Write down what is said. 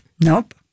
Nope